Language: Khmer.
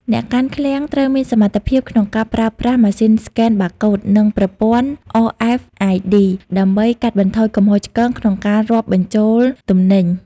អ្នកកាន់ឃ្លាំងត្រូវមានសមត្ថភាពក្នុងការប្រើប្រាស់ម៉ាស៊ីនស្កែនបាកូដ និងប្រព័ន្ធ RFID ដើម្បីកាត់បន្ថយកំហុសឆ្គងក្នុងការរាប់ចំនួនទំនិញ។